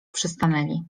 przystanęli